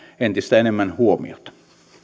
entistä enemmän huomiota